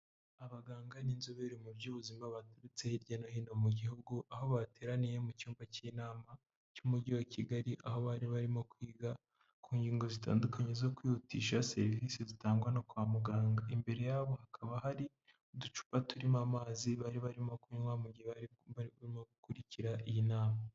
Abaganga b'inzobere mu by'ubuzima baturutse hirya no hino mu gihugu, aho bateraniye mu cyumba cy'inama cy'umujyi wa kigali, aho bari barimo kwiga ku ngingo zitandukanye zo kwihutisha serivisi zitangwa no kwa muganga, imbere yabo hakaba hari uducupa turimo amazi bari barimo kunywa mu gihe bari barimo gukurikira iyi nama.